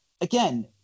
again